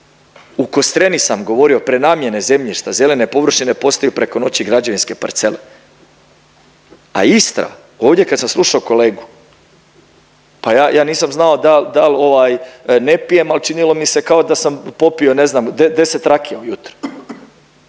U Kostreni sam govorio prenamjene zemljišta, zelene površine postaju preko noći građevinske parcele, a Istra ovdje kad sam slušao kolegu pa ja nisam znao dal ovaj, dal ovaj ne pijem ali činilo mi se kao sam popio ne znam 10 rakija ujutro.